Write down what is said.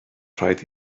rhaid